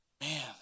man